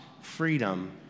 freedom